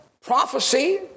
prophecy